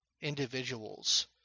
individuals